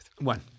one